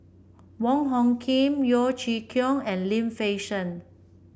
Wong Hung Khim Yeo Chee Kiong and Lim Fei Shen